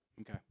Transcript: Okay